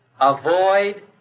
avoid